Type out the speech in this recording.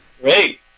Great